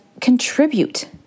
contribute